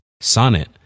Sonnet